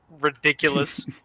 ridiculous